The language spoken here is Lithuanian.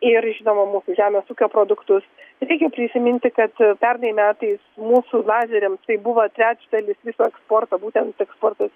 ir žinoma mūsų žemės ūkio produktus reikia prisiminti kad pernai metais mūsų lazeriams tai buvo trečdalis viso eksporto būtent eksportas